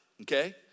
Okay